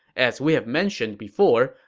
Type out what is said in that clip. as we have mentioned before,